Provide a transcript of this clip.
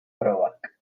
probak